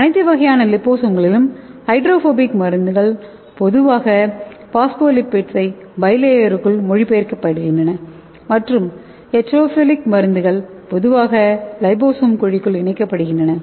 அனைத்து வகையான லிபோசோம்களிலும் ஹைட்ரோபோபிக் மருந்துகள் பொதுவாக பாஸ்போலிபிட்ஸ் பை ளேயருக்குள் மொழிபெயர்க்கப்படுகின்றன மற்றும் யட்ரோபிலிக் மருந்துகள் பொதுவாக லிபோசோம் குழிக்குள் இணைக்கப்படுகின்றன